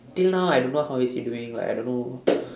till now I don't know how is he doing like I don't know